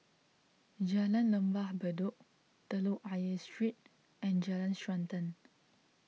Jalan Lembah Bedok Telok Ayer Street and Jalan Srantan